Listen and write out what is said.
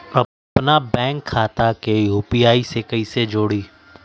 अपना बैंक खाता के यू.पी.आई से कईसे जोड़ी?